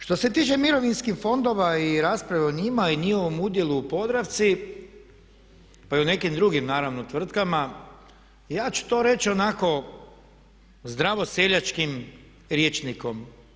Što se tiče mirovinskih fondova i rasprave o njima i njihovom udjelu u Podravci pa i u nekim drugim naravno tvrtkama, ja ću to reći onako zdravo seljačkim rječnikom.